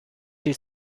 she